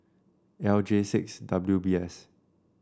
L J six W B S